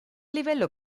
livello